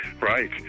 Right